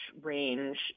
range